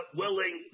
willing